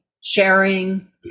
sharing